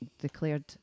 declared